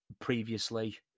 previously